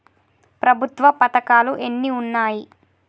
ప్రభుత్వ పథకాలు ఎన్ని ఉన్నాయి?